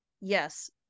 Yes